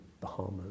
Bahamas